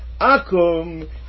Akum